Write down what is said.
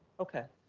okay,